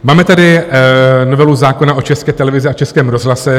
Máme tady novelu zákona o České televizi a Českém rozhlase (?).